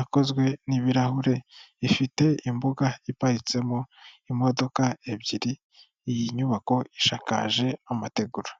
akozwe n'ibirahure, ifite imbuga iparitsemo imodoka ebyiri, iyi nyubako ishakakaje amategura.